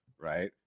right